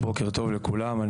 בוקר טוב לכולם,